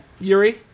Yuri